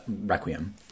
Requiem